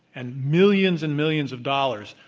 and millions and millions of dollars,